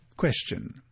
question